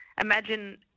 imagine